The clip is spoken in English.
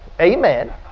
amen